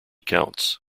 counts